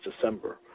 December